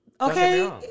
Okay